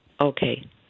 Okay